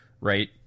right